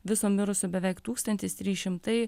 viso mirusių beveik tūkstantis trys šimtai